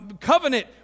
covenant